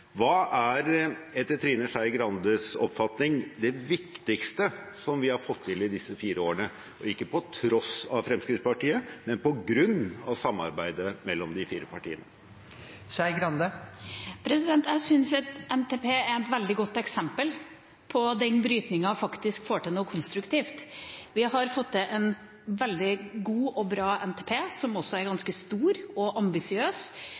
Hva er etter Trine Skei Grandes oppfatning det viktigste vi har fått til i disse fire årene – ikke på tross av Fremskrittspartiet, men på grunn av samarbeidet mellom de fire partiene? Jeg syns at NTP er et veldig godt eksempel på den brytninga – vi får faktisk til noe konstruktivt. Vi har fått til en veldig god og bra NTP, som også er ganske stor og ambisiøs.